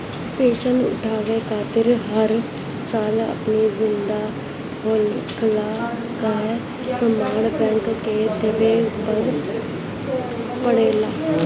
pension उठावे खातिर हर साल अपनी जिंदा होखला कअ प्रमाण बैंक के देवे के पड़ेला